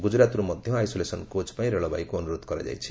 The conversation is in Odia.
ଗୁଜରାତରୁ ମଧ୍ୟ ଆଇସୋଲେସନ୍ କୋଚ୍ ପାଇଁ ରେଳବାଇକୁ ଅନୁରୋଧ କରାଯାଇଛି